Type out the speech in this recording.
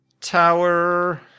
Tower